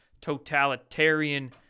totalitarian